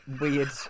weird